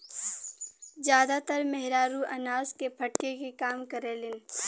जादातर मेहरारू अनाज के फटके के काम करेलिन